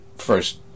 first